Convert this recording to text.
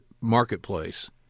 marketplace